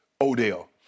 Odell